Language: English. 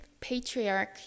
patriarch